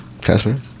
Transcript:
Casper